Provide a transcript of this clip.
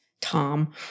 Tom